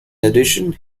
addition